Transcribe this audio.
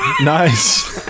Nice